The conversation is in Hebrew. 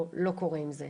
או לא קורה עם זה?